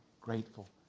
grateful